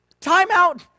Timeout